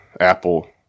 Apple